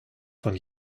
von